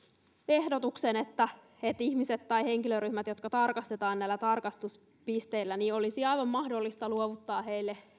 ehdotuksen että ihmisille tai henkilöryhmille jotka tarkastetaan näillä tarkastuspisteillä olisi aivan mahdollista luovuttaa